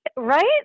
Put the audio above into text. right